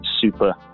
super